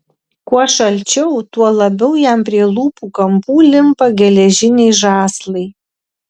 kuo šalčiau tuo labiau jam prie lūpų kampų limpa geležiniai žąslai